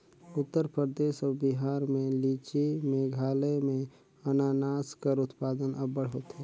उत्तर परदेस अउ बिहार में लीची, मेघालय में अनानास कर उत्पादन अब्बड़ होथे